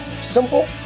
simple